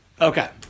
Okay